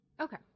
Okay